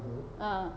ah